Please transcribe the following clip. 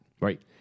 Right